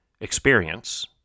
experience